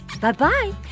Bye-bye